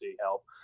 help